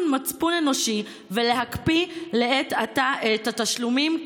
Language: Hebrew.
מצפון, מצפון אנושי, ולהקפיא לעת עתה את התשלומים.